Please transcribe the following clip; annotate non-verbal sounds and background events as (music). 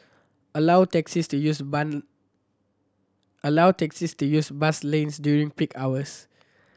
allow taxis to use (unintelligible) allow taxis to use bus lanes during peak hours